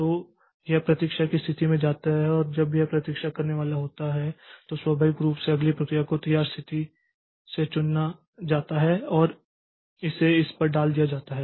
तो यह प्रतीक्षा की स्थिति में जाता है और जब यह प्रतीक्षा करने वाला होता है तो स्वाभाविक रूप से अगली प्रक्रिया को तैयार स्थिति से चुना जाता है और इसे इस पर डाल दिया जाता है